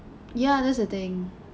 ya that's the thing